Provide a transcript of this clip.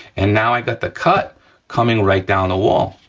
and now i've got the cut coming right down the wall.